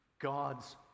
God's